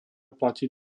platí